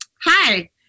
hi